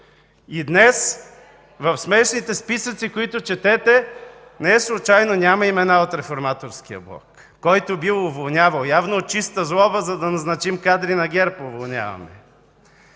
И днес в смешните списъци, които четете, неслучайно няма имена от Реформаторския блок, който бил уволнявал. Явно от чиста злоба уволняваме, за да назначим кадри на ГЕРБ.